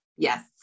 Yes